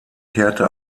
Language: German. kehrte